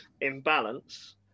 imbalance